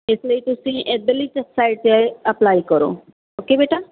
ਇਸ ਲਈ ਤੁਸੀਂ ਇੱਧਰਲੀ ਸ ਸਾਈਡ 'ਤੇ ਅਪਲਾਈ ਕਰੋ ਓਕੇ ਬੇਟਾ